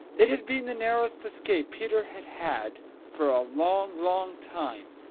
it had been the narrowest escape peter had had for a long, long time.